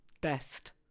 Best